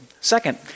Second